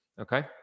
Okay